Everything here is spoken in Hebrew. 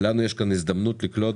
לנו יש כאן הזדמנות לקלוט